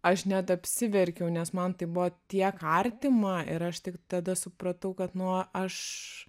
aš net apsiverkiau nes man tai buvo tiek artima ir aš tik tada supratau kad nuo aš